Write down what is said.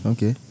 Okay